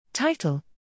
Title